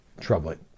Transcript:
troubling